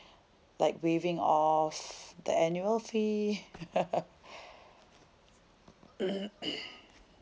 like waiving off the annual fee